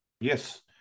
Yes